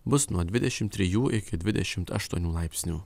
bus nuo dvidešim trijų iki dvidešim aštuonių laipsnių